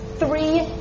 three